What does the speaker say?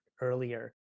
earlier